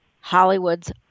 Hollywood's